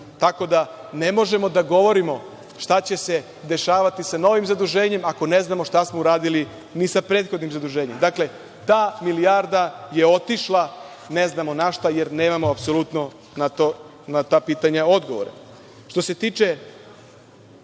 Tako da, ne možemo da govorimo šta će se dešavati sa novim zaduženjima, ako ne znamo ni šta smo uradili sa prethodnim zaduženjem. Dakle, ta milijarda je otišla ne znamo na šta, jer nemamo apsolutno na ta pitanja odgovore. Što